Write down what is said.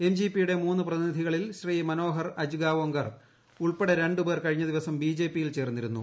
M G P യുടെ മൂന്ന് പ്രതിനിധികളിൽ ശ്രീ മനോഹർ അജ്ഗാവോങ്കർ ഉൾപ്പെടെ ര ുപേർ കഴിഞ്ഞ ദിവസം ബിജെപിയിൽ ചേർന്നിരുന്നു